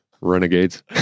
Renegades